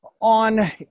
on